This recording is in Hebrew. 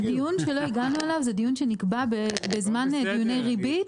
הדיון שלא הגענו אליו זה היה דיון שנקבע בזמן דיוני ריבית